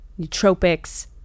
nootropics